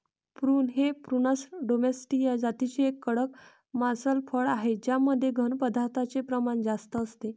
prune हे Prunus domestica जातीचे एक कडक मांसल फळ आहे ज्यामध्ये घन पदार्थांचे प्रमाण जास्त असते